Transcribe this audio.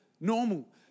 normal